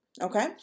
okay